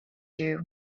you